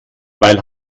weil